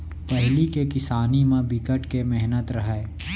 पहिली के किसानी म बिकट के मेहनत रहय